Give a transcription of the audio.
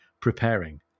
preparing